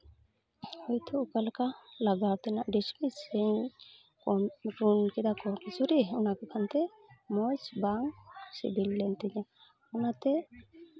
ᱦᱚᱭᱛᱚ ᱚᱠᱟ ᱞᱮᱠᱟ ᱞᱟᱜᱟᱣ ᱛᱮᱱᱟᱜ ᱰᱤᱥᱢᱤᱥ ᱥᱮᱧ ᱠᱚᱢ ᱠᱮᱫᱟ ᱠᱳᱱᱚ ᱠᱤᱪᱷᱩ ᱨᱮ ᱚᱱᱟ ᱠᱚ ᱠᱷᱚᱱ ᱛᱮ ᱢᱚᱡᱽ ᱵᱟᱝ ᱥᱤᱵᱤᱞ ᱞᱮᱱ ᱛᱤᱧᱟ ᱚᱱᱟᱟᱛᱮ